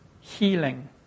healing